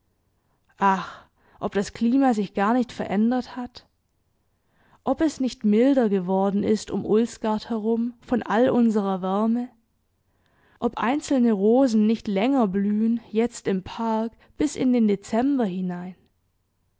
ob das klima sich gar nicht verändert hat ob es nicht milder geworden ist um ulsgaard herum von all unserer wärme ob einzelne rosen nicht länger blühen jetzt im park bis in den dezember hinein